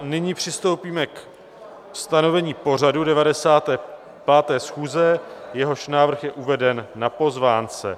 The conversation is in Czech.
Nyní přistoupíme ke stanovení pořadu 95. schůze, jehož návrh je uveden na pozvánce.